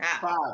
five